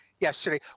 yesterday